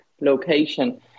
location